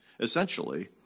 Essentially